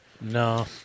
No